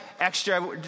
extra